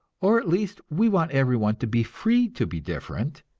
or at least we want everyone to be free to be different,